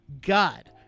God